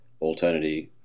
alternative